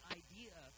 idea